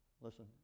listen